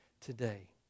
today